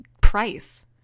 price